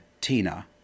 Tina